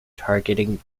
targeting